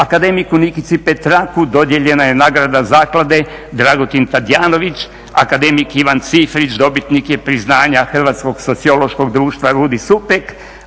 Akademiku Nikici Petraku dodijeljena je nagrada Zaklade Dragutin Tadijanović. Akademik Ivan Cifrić dobitnik je priznanja Hrvatskog sociološkog društva Rudi Supek.